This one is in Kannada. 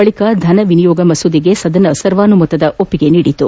ಬಳಿಕ ಧನ ವಿನಿಯೋಗ ಮಸೂದೆಗೆ ಸದನ ಸರ್ವಾನುಮತದ ಒಪ್ಪಿಗೆ ನೀಡಿತು